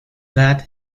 that